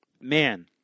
man